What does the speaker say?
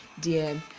dm